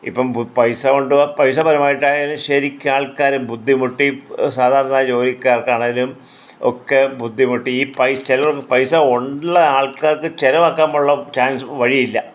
ഇപ്പം പൈസ കൊണ്ടോ പൈസപരമായിട്ടായാലും ശരിക്ക് ആൾക്കാർ ബുദ്ധിമുട്ടി സാധാരണ ജോലിക്കാർക്ക് ആണേലും ഒക്കെ ബുദ്ധിമുട്ടി ഈ പൈ ചിലരൊക്കെ പൈസ ഉള്ള ആൾക്കാർക്ക് ചിലവാക്കാനുള്ള ചാൻസ് വഴിയില്ല